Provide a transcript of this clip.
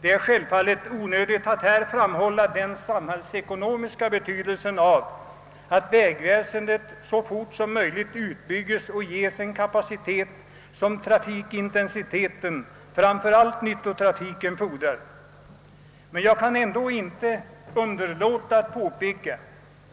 Det är självfallet onödigt att här framhålla den samhällsekonomiska betydelsen av att vägväsendet så snabbt som möjligt utbygges och ges den kapacitet, som trafikintensiteten — framför allt när det gäller nyttotrafiken — fordrar. Men jag kan ändå inte underlåta att påpeka,